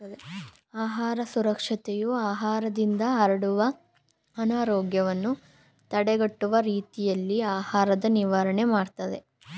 ಆಹಾರ ಸುರಕ್ಷತೆಯು ಆಹಾರದಿಂದ ಹರಡುವ ಅನಾರೋಗ್ಯವನ್ನು ತಡೆಗಟ್ಟುವ ರೀತಿಯಲ್ಲಿ ಆಹಾರದ ನಿರ್ವಹಣೆ ಮಾಡ್ತದೆ